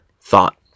thought